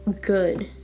good